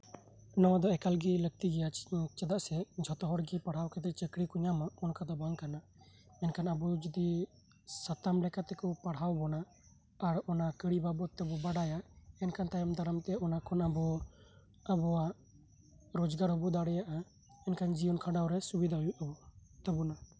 ᱱᱚᱶᱟ ᱫᱚ ᱮᱠᱟᱞ ᱜᱮ ᱞᱟᱠᱛᱤ ᱜᱮᱭᱟ ᱪᱮᱫᱟᱜ ᱥᱮ ᱡᱷᱚᱛᱚ ᱦᱚᱲ ᱜᱮ ᱯᱟᱲᱦᱟᱣ ᱠᱟᱛᱮ ᱪᱟᱹᱠᱨᱤ ᱠᱚ ᱧᱟᱢᱟ ᱚᱱᱠᱟ ᱫᱚ ᱵᱟᱝ ᱠᱟᱱᱟ ᱢᱮᱱᱠᱷᱟᱱ ᱟᱵᱚ ᱡᱩᱫᱤ ᱥᱟᱛᱟᱢ ᱞᱮᱠᱟ ᱛᱮᱠᱚ ᱯᱟᱲᱦᱟᱣ ᱵᱚᱱᱟ ᱟᱨ ᱚᱱᱟ ᱠᱟᱹᱨᱤ ᱵᱟᱵᱚᱫᱽ ᱛᱮᱵᱚ ᱵᱟᱰᱟᱭᱟ ᱮᱱᱠᱷᱟᱱ ᱛᱟᱭᱚᱢ ᱫᱟᱨᱟᱢ ᱛᱮ ᱚᱱᱟ ᱠᱷᱚᱱ ᱟᱵᱚ ᱟᱵᱚᱣᱟᱜ ᱨᱚᱡᱽᱜᱟᱨ ᱦᱚᱸᱵᱚ ᱫᱟᱲᱮᱭᱟᱜᱼᱟ ᱮᱱᱠᱷᱟᱱ ᱡᱤᱭᱚᱱ ᱠᱷᱟᱸᱰᱟᱣ ᱨᱮ ᱥᱩᱵᱤᱫᱷᱟ ᱦᱳᱭᱳᱜ ᱛᱟᱵᱚᱱᱟ